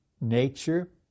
nature